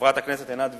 חברת הכנסת עינת וילף,